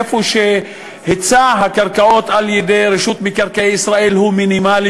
איפה שהיצע הקרקעות על-ידי רשות מקרקעי ישראל הוא מינימלי,